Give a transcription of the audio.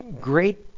great